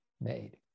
made